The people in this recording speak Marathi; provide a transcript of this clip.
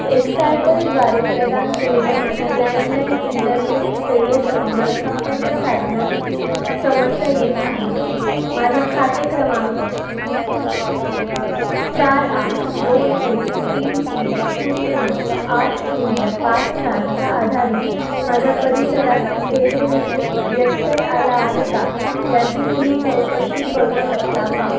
एक्सायटल द्वारे प्रदान केलेल्या माझ्या लँडलाईन इंटरनेट सेवेसह मला संपर्क साधण्यास समस्या येत आहेत माझ्या खाते क्रमांक चार आठ दोन एक तीन तीन शून्य नऊ आठ शून्य पाच चारच्या आधारे माझ्या परिसरात सेवेमध्ये व्यत्यय आला आहे का याची तुम्ही चौकशी करू शकता का